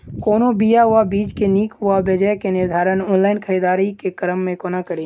कोनों बीया वा बीज केँ नीक वा बेजाय केँ निर्धारण ऑनलाइन खरीददारी केँ क्रम मे कोना कड़ी?